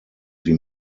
sie